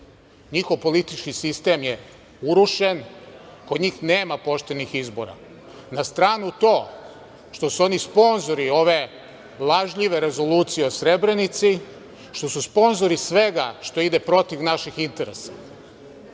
Njihov politički sistem je urušen. Kod njih nema poštenih izbora. Na stranu to što su oni sponzori ove lažljive rezolucije o Srebrenici, što su sponzori svega što ide protiv naših interesa.